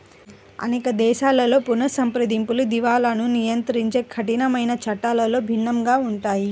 అనేక దేశాలలో పునఃసంప్రదింపులు, దివాలాను నియంత్రించే కఠినమైన చట్టాలలో భిన్నంగా ఉంటుంది